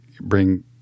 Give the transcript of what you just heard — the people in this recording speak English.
bring